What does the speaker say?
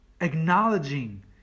acknowledging